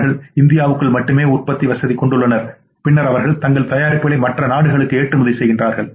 அவர்கள் இந்தியாவுக்குள் மட்டுமே உற்பத்தி வசதி கொண்டுள்ளனர் பின்னர் அவர்கள் தங்கள் தயாரிப்புகளை மற்ற நாடுகளுக்கும் ஏற்றுமதி செய்கிறார்கள்